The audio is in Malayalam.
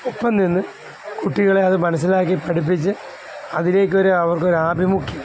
ഒപ്പം നിന്ന് കുട്ടികളെ അത് മനസ്സിലാക്കി പഠിപ്പിച്ച് അതിലേക്കൊരു അവർക്കൊരു ആഭിമുഖ്യം